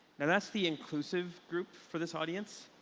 and that's the inclusive group for this audience.